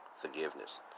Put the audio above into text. forgiveness